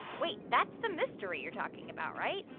wait. that's the mystery you're talking about, right?